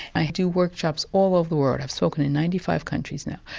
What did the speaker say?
i do workshops all over the world, i've spoken in ninety five countries now,